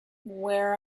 where